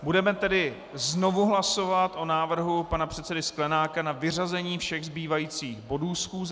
Budeme tedy znovu hlasovat o návrhu pana předsedy Sklenáka na vyřazení všech zbývajících bodů schůze.